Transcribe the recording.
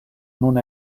nun